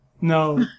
No